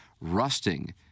rusting